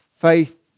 faith